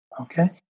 Okay